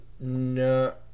No